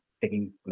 taking